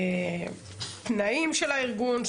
תנאים של הארגון.